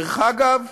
דרך אגב,